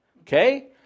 okay